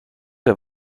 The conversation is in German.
der